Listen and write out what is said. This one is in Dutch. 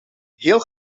heel